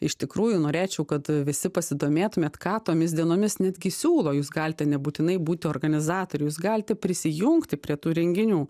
iš tikrųjų norėčiau kad a visi pasidomėtumėt ką tomis dienomis netgi siūlo jūs galite nebūtinai būti organizatorius galite prisijungti prie tų renginių